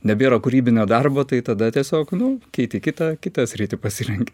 nebėra kūrybinio darbo tai tada tiesiog nu keiti kitą kitą sritį pasirenki